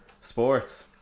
sports